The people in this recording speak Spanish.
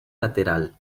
lateral